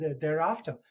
thereafter